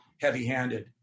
heavy-handed